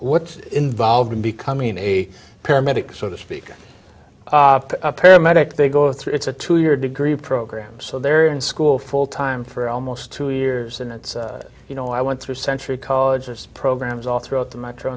what's involved in becoming a paramedic sort of speak a paramedic they go through it's a two year degree program so they're in school full time for almost two years and that's you know i went through century colleges programs all throughout the m